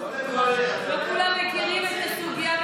לא כולם מכירים את הסוגיה,